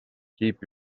keep